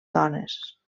dones